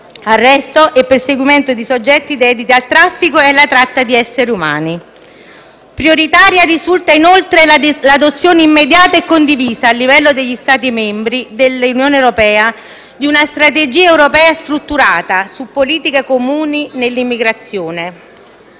arresto e perseguimento di soggetti dediti al traffico e alla tratta di esseri umani. Prioritaria risulta inoltre l'adozione immediata e condivisa a livello degli Stati membri dell'Unione europea di una strategia europea strutturata su politiche comuni nell'immigrazione,